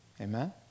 Amen